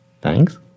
Thanks